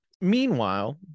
Meanwhile